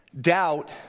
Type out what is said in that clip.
Doubt